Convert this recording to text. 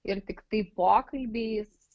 ir tiktai pokalbiais